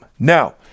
Now